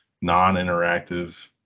non-interactive